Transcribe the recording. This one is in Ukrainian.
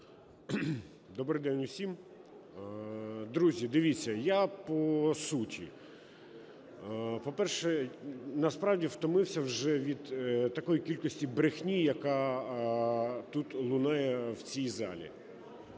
Доброго дня усім! Друзі, дивіться, я по суті. По-перше, насправді, втомився вже від такої кількості брехні, яка тут лунає в цій залі.